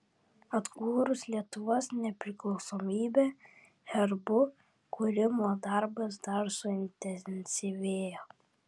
atkūrus lietuvos nepriklausomybę herbų kūrimo darbas dar suintensyvėjo